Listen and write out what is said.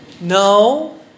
no